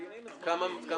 ממתינים זמן מסוים.